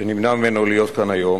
שנמנע ממנו להיות כאן היום.